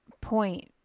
point